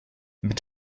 mit